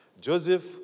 Joseph